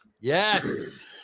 Yes